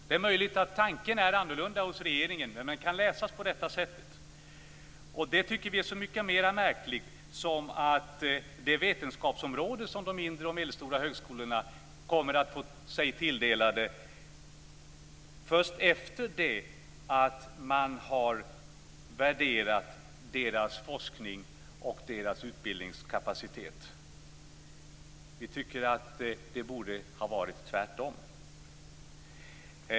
Det är möjligt att tanken är annorlunda hos regeringen, men den kan läsas på detta sätt. Vi tycker att det är märkligt att de mindre och medelstora högskolorna kommer att tilldelas ett vetenskapsområde först efter det att deras forsknings och utbildningskapacitet har värderats. Vi tycker att det borde ha varit tvärtom.